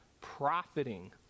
profiting